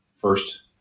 first